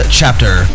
chapter